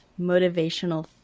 motivational